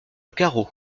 carreau